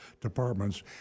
departments